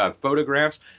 photographs